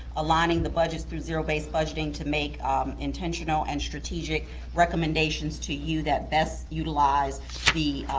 aligning the budgets through zero-based budgeting to make intentional and strategic recommendations to you that best utilize the